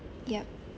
yup